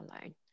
alone